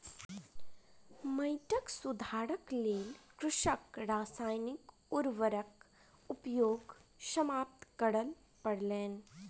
माइट सुधारक लेल कृषकक रासायनिक उर्वरक उपयोग समाप्त करअ पड़लैन